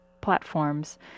platforms